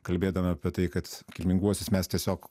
kalbėdama apie tai kad kilminguosius mes tiesiog